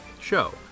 show